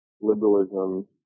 liberalism